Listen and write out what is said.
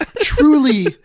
truly